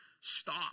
stop